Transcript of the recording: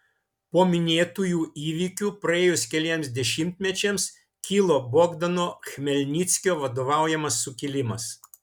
po minėtųjų įvykių praėjus keliems dešimtmečiams kilo bogdano chmelnickio vadovaujamas sukilimas